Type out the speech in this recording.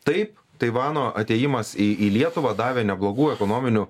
taip taivano atėjimas į į lietuvą davė neblogų ekonominių